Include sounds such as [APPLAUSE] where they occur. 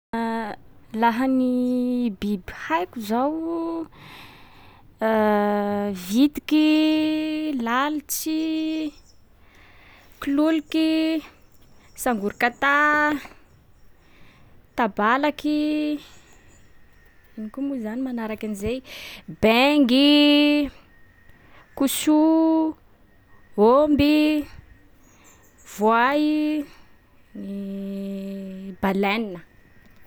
[HESITATION] Laha ny biby haiko zao [HESITATION] vitiky, lalitsy, kololoky, sangorikatà, tabalaky. Ino koa moa zany manaraka an’zay? Bengy, koso, ômby, voay, ny [HESITATION] baleine.